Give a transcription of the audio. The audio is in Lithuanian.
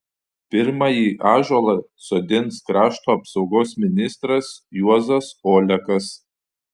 pirmąjį ąžuolą sodins krašto apsaugos ministras juozas olekas